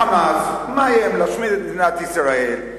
ה"חמאס" מאיים להשמיד את מדינת ישראל,